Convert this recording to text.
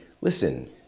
Listen